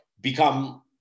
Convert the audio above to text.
become